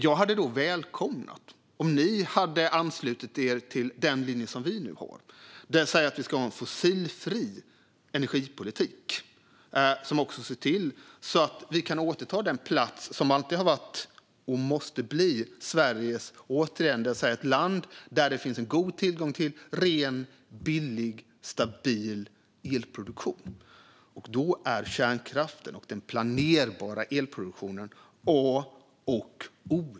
Jag hade välkomnat om ni hade anslutit er till den linje som vi nu har, nämligen att vi ska ha en fossilfri energipolitik som också ser till att vi kan återta den plats som alltid har varit och måste bli Sveriges, det vill säga ett land där det finns god tillgång till ren, billig och stabil elproduktion. Då är kärnkraften och den planerbara elproduktionen A och O.